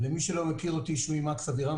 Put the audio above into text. אני מקס אבירם,